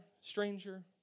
stranger